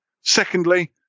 Secondly